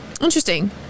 Interesting